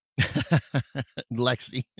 Lexi